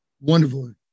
wonderful